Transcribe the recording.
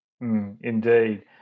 Indeed